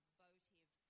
votive